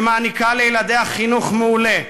שמעניקה לילדיה חינוך מעולה,